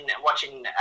watching